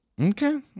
Okay